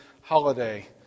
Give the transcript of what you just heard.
holiday